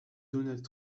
donald